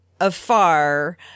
afar